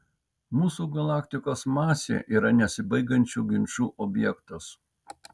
mūsų galaktikos masė yra nesibaigiančių ginčų objektas